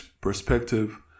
perspective